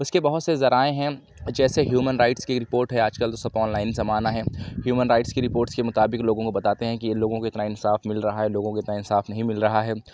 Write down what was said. اُس کے بہت سے ذرائع ہیں جیسے یومن رائٹس کی رپورٹ ہے آج کل سب آن لائن زمانہ ہے ہیومن رائٹس کی رپورٹ کے مطابق لوگوں کو بتاتے ہیں کہ لوگوں کو اتنا انصاف مل رہا ہے لوگوں کو اتنا انصاف نہیں مل رہا ہے